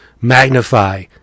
magnify